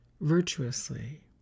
virtuously